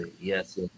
Yes